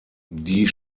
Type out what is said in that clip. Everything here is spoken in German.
die